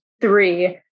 three